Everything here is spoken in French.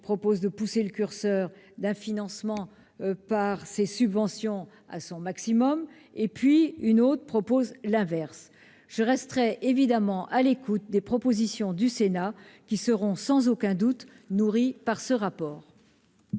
consiste à pousser le curseur du financement par les subventions au maximum ; un autre consiste à faire l'inverse. Je reste donc évidemment à l'écoute des propositions du Sénat, qui seront sans aucun doute nourries de ce rapport.